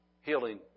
healing